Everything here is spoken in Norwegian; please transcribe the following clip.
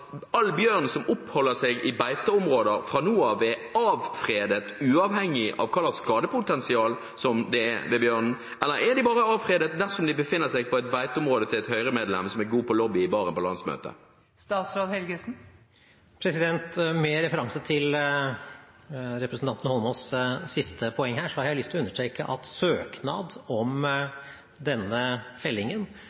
all bjørn som oppholder seg i beiteområder fra nå av, er «avfredet» uavhengig av hva slags skadepotensial det er ved bjørnen, eller er de bare «avfredet» dersom de befinner seg på beiteområdet til et høyremedlem som er god på å lobbe i baren på landsmøtet? Med referanse til representanten Eidsvoll Holmås’ siste poeng har jeg lyst til å understreke at søknad om